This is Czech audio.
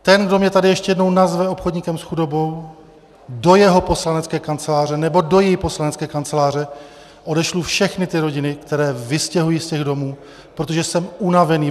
Ten, kdo mě tady ještě jednou nazve obchodníkem s chudobou, do jeho poslanecké kanceláře nebo do její poslanecké kanceláře odešlu ty všechny rodiny, které vystěhuji z těch domů, protože jsem unavený.